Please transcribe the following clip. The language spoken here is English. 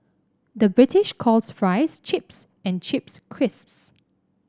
the British calls fries chips and chips crisps